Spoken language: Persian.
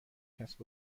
کسب